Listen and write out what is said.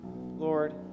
lord